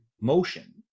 motion